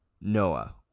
Noah